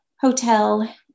Hotel